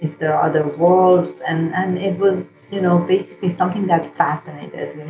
if there are other worlds. and and it was you know basically something that fascinated